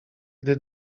gdy